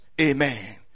Amen